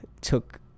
took